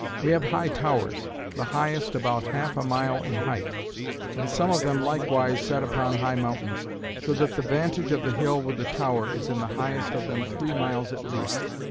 we have high towers the highest about half a mile in height and some of them likewise set upon high mountains so that the vantage of the hill with the tower is in the highest of them three miles at least.